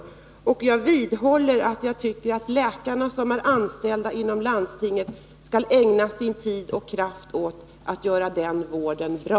Jag tycker — och jag vidhåller det — att läkare som är anställda inom landstinget skall ägna sin tid och kraft åt att göra vården där bra.